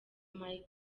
mike